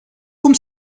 cum